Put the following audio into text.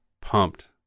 pumped